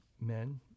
men